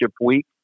week